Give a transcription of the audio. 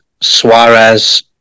Suarez